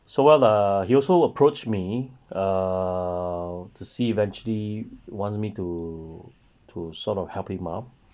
so well lah he also approached me err to see eventually wants me to to sort of help him out